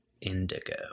indigo